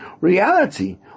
reality